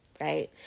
right